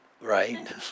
right